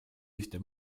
ühte